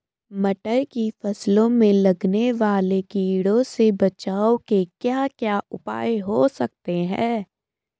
मटर की फसल में लगने वाले कीड़ों से बचाव के क्या क्या उपाय हो सकते हैं?